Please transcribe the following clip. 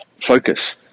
focus